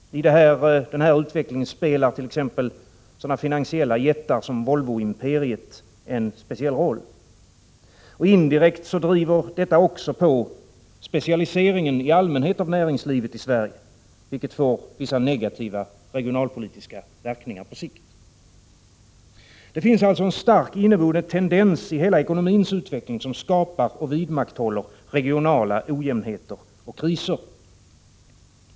I den här utvecklingen spelar t.ex. sådana finansiella jättar som Volvoimperiet en speciell roll. Indirekt driver detta också på specialiseringen i allmänhet av näringslivet i Sverige, vilket får vissa negativa regionalpolitiska verkningar på sikt. Det finns alltså en stark inneboende tendens i hela ekonomins utveckling som skapar och vidmakthåller regionala ojämnheter och kriser.